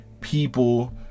people